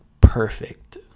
perfect